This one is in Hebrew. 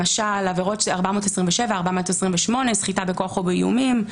למשל עבירות 427, 428, סחיטה בכוח או באיומים.